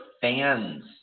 fans